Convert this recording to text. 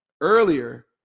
earlier